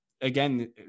again